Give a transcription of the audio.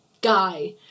guy